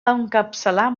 encapçalar